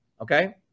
okay